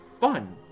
fun